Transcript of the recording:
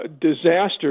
disaster